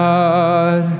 God